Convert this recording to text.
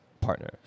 partner